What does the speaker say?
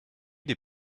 des